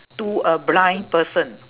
to a blind person